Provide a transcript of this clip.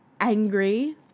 angry